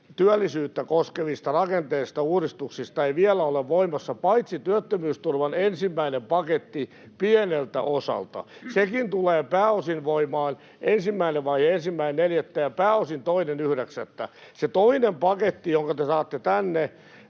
työllisyyttä koskevista rakenteellisista uudistuksista vielä ole voimassa, paitsi työttömyysturvan ensimmäinen paketti pieneltä osalta. Siitäkin tulee voimaan ensimmäinen vaihe 1.4. ja pääosin 2.9. Se toinen paketti, jonka te saatte tänne